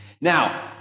Now